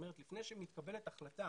לפני שמתקבלת החלטה